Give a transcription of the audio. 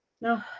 No